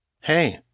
Hey